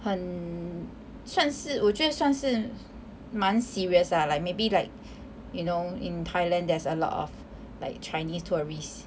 很算是我觉得算是蛮 serious lah like maybe like you know in Thailand there's a lot of like chinese tourists